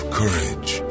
courage